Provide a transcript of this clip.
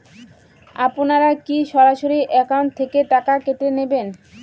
আপনারা কী সরাসরি একাউন্ট থেকে টাকা কেটে নেবেন?